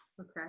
okay